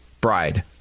bride